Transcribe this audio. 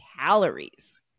calories